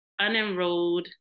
unenrolled